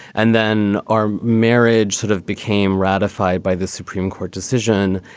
and then our marriage sort of became ratified by the supreme court decision.